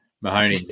mahoney